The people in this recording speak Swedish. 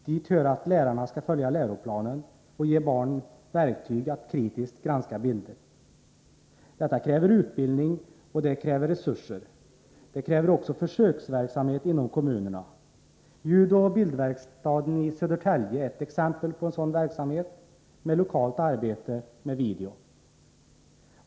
Dit hör att lärarna skall följa läroplanen och ge barn verktyg att kritiskt granska bilder. Detta kräver utbildning och resurser. Det kräver också försöksverksamhet inom kommunerna. Ljudoch bildverkstaden i Södertälje är ett exempel på en sådan verksamhet med lokalt arbete med video.